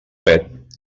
pet